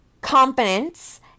competence